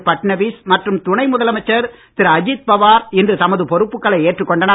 ஃபட்னவிஸ் மற்றும் துணை முதலமைச்சர் திரு அஜித் பவார் இன்று தமது பொறுப்புக்களை ஏற்றுக்கொண்டனர்